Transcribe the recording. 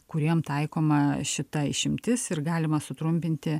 kuriem taikoma šita išimtis ir galima sutrumpinti